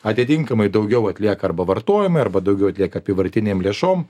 atitinkamai daugiau atlieka arba vartojimui arba daugiau atlieka apyvartinėm lėšom